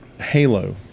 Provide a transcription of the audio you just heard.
Halo